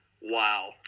wow